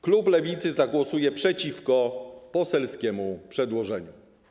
Klub Lewicy zagłosuje przeciwko poselskiemu przedłożeniu.